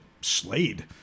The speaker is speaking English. Slade